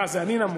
אה, זה אני נמוך.